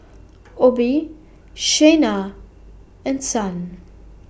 Obe Shayna and Son